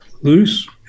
loose